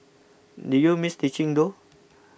do you miss teaching though